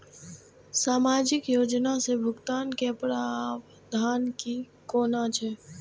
सामाजिक योजना से भुगतान के प्रावधान की कोना छै?